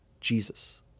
Jesus